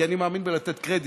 כי אני מאמין בלתת קרדיט,